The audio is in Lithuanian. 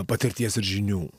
patirties ir žinių